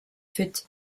fit